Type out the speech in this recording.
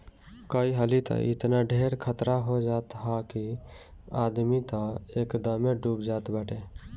कई हाली तअ एतना ढेर खतरा हो जात हअ कि आदमी तअ एकदमे डूब जात बाटे